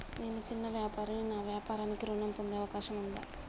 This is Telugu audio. నేను చిన్న వ్యాపారిని నా వ్యాపారానికి ఋణం పొందే అవకాశం ఉందా?